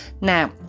Now